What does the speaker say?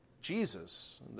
Jesus